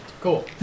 Cool